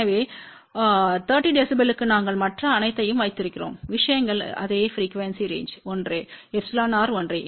எனவே 30 dB க்கு நாங்கள் மற்ற அனைத்தையும் வைத்திருக்கிறோம் விஷயங்கள் அதே ப்ரிக்யூவென்ஸி ரேன்ஜ் ஒன்றே εrஒன்றே